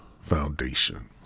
Foundation